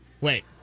wait